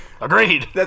Agreed